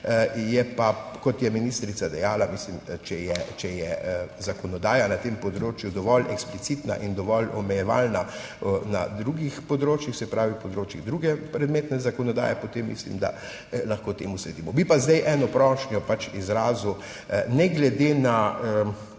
Kot je ministrica dejala, če je zakonodaja na tem področju dovolj eksplicitna in dovolj omejevalna na drugih področjih, se pravi področjih druge predmetne zakonodaje, potem mislim, da lahko temu sledimo. Bi pa zdaj izrazil eno prošnjo, ne glede na